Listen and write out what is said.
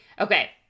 Okay